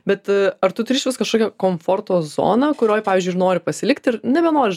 bet ar tu turi išvis kažkokią komforto zoną kurioj pavyzdžiui ir nori pasilikti ir nebenori